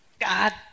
God